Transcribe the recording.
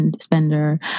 spender